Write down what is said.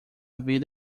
vida